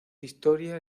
historia